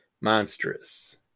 Monstrous